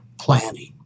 planning